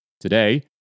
Today